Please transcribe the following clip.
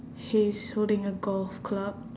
he's holding a golf club